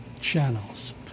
channels